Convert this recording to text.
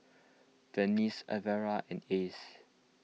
Venice Elvira and Ace